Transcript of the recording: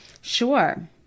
Sure